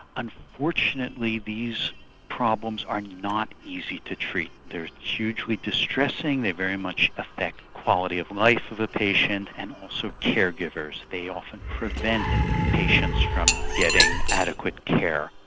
and unfortunately these problems are not easy to treat, they are hugely distressing, distressing, they very much affect quality of life of a patient and also care-givers, they often prevent patients from getting adequate care.